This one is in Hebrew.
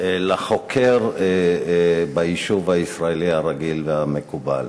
לחוקר ביישוב הישראלי הרגיל והמקובל,